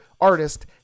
artist